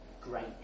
Great